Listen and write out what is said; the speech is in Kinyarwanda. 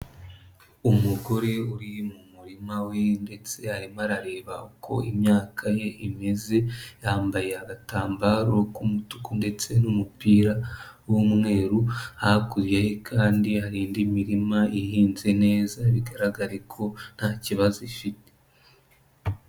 Umugore uri mu murima we ndetse arimo arareba uko imyaka ye imeze yambaye agatambaro k'umutuku ndetse n'umupira w'umweru, hakurya ye kandi hari indi mirima ihinze neza bigaragare ko nta kibazo ifite.